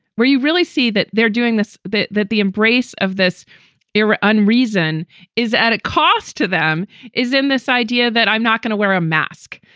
where you really see that they're doing this, that that the embrace of this era unreason is at a cost to them is in this idea that i'm not going to wear a mask.